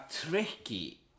tricky